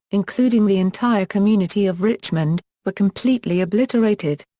including the entire community of richmond, were completely obliterated.